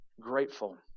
grateful